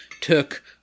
took